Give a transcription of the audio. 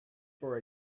for